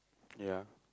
ya